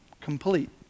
complete